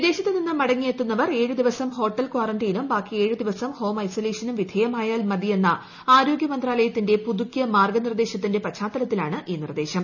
വിദേശത്തു നിന്ന് മടങ്ങിയെത്തുന്നവർ ഏഴു ദിവസം ഹോട്ടൽ കാറന്റൈനും ബാക്കി ഏഴ് ദിവസം ഹോം ഐസൊലേഷനും വിധേയമായാൽ മതിയെന്ന ആരോഗ്യമന്ത്രാലയത്തിന്റെ പുതുക്കിയ മാർഗ്ഗനിർദ്ദേശത്തിന്റെ പശ്ചാത്തലിത്തിലാണ് ഈ നിർദ്ദേശം